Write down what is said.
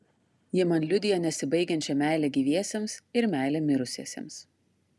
ji man liudija nesibaigiančią meilę gyviesiems ir meilę mirusiesiems